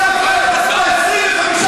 הכול כדי לקנות ספר ב-25 שקלים?